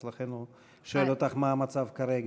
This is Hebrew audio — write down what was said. אז לכן הוא שואל אותך מה המצב כרגע.